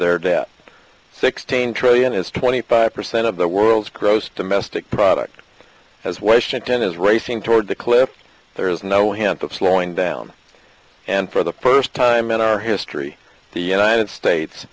their debt sixteen trillion is twenty five percent of the world's gross domestic product as waste and ten is racing toward the cliff there is no hint of slowing down and for the first time in our history the united states